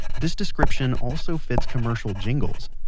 this description also fits commercial jingles.